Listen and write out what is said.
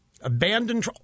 abandoned